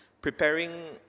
preparing